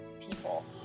people